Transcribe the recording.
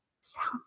sound